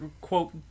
quote